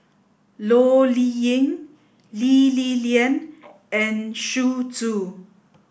Loh Liying Lee Li Lian and Xu Zhu